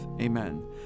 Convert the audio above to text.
Amen